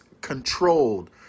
controlled